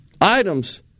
items